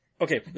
okay